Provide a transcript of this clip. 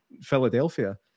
Philadelphia